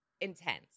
intense